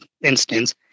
instance